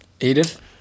Edith